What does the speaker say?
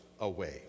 away